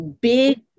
big